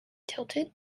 tilted